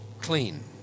clean